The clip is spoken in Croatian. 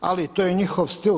Ali to je njihov stil.